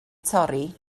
torri